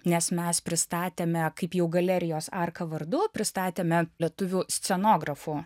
nes mes pristatėme kaip jau galerijos arka vardu pristatėme lietuvių scenografų